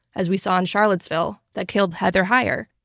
as we saw in charlottesville, that killed heather heyer.